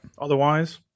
otherwise